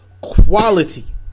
quality